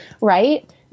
right